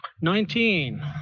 Nineteen